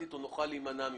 רלוונטית או נוכל להימנע ממנה.